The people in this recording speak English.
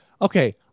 okay